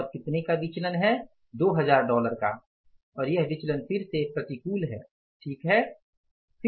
और कितने का विचलन है 2000 डॉलर का और यह विचलन फिर से प्रतिकूल है ठीक है